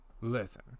Listen